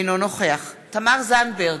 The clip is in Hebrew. אינו נוכח תמר זנדברג,